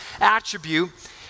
attribute